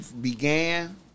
began